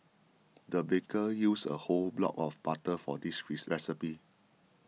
the baker used a whole block of butter for this recipe